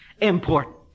important